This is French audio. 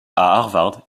harvard